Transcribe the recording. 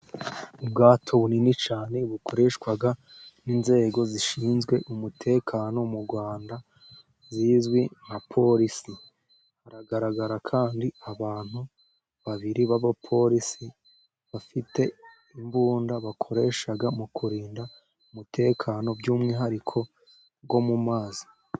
Ubwato bu nini cyane, bukoreshwa n'inzego zishinzwe umutekano, mu Rwanda zizwi nka porisi, haragaragara kandi abantu babiri b'abaporisi bafite imbunda, bakoresha mu kurinda umutekano, by'umwihariko wo mu mazi.